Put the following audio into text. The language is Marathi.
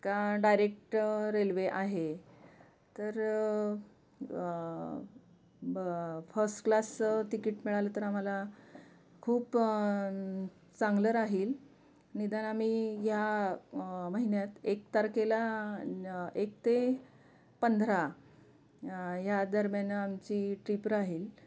का डायरेक्ट रेल्वे आहे तर ब फर्स्ट क्लास तिकीट मिळालं तर आम्हाला खूप चांगलं राहील निदान आम्ही ह्या महिन्यात एक तारखेला एक ते पंधरा या दरम्यान आमची ट्रीप राहील